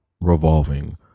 revolving